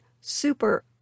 super